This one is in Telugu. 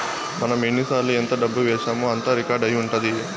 మనం ఎన్నిసార్లు ఎంత డబ్బు వేశామో అంతా రికార్డ్ అయి ఉంటది